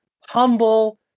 humble